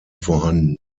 vorhanden